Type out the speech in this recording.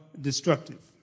destructive